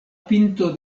pinto